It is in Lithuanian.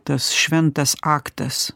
tas šventas aktas